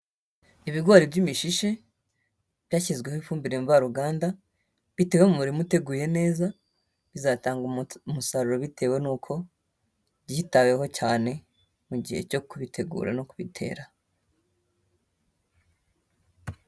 Ibigori by'imishishe byashyizweho ifumbire mvaruganda bitewe mumurima uteguye neza bizatanga umusaruro bitewe nuko byitaweho cyane mu gihe cyo kubitegura no kubitera.